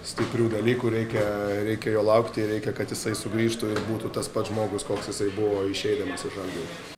stiprių dalykų reikia reikia jo laukti reikia kad jisai sugrįžtų ir būtų tas pats žmogus koks jisai buvo išeidamas iš žalgirio